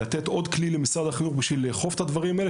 צריך לתת עוד כלי למשרד החינוך בשביל לאכוף את הדברים האלה